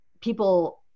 people